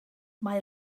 mae